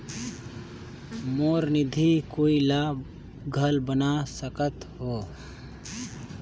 मोर निधि कोई ला घल बना सकत हो?